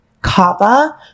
kava